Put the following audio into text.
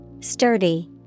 Sturdy